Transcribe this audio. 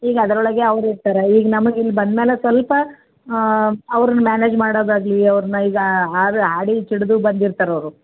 ಈಗ ಅದರೊಳಗೆ ಅವ್ರು ಇರ್ತಾರೆ ಈಗ ನಮಗೆ ಇಲ್ಲಿ ಬಂದ ಮ್ಯಾಲೆ ಸ್ವಲ್ಪ ಅವ್ರನ್ನ ಮ್ಯಾನೇಜ್ ಮಾಡೋದಾಗಲೀ ಅವ್ರನ್ನ ಈಗ ಆಡಿ ಕೆಡ್ದು ಬಂದಿರ್ತಾರೆ ಅವರು